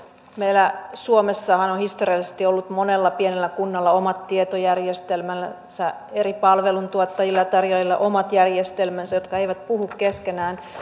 meillä suomessahan on historiallisesti ollut monella pienellä kunnalla omat tietojärjestelmänsä eri palveluntuottajilla ja tarjoajilla omat järjestelmänsä jotka eivät puhu keskenään